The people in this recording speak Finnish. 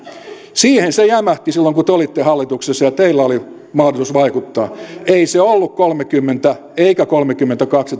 siihen se jämähti silloin kun te olitte hallituksessa ja teillä oli mahdollisuus vaikuttaa ei se ollut kolmekymmentä eikä kolmekymmentäkaksi